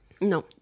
No